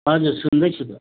हजुर सुन्दैछु त